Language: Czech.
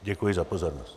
Děkuji za pozornost.